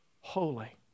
holy